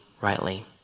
rightly